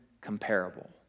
comparable